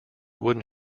wooden